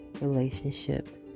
relationship